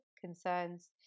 Concerns